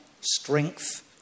strength